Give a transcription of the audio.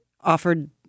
offered